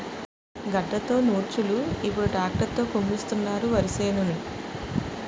గడ్డతో నూర్చోలు ఇప్పుడు ట్రాక్టర్ తో కుమ్మిస్తున్నారు వరిసేనుని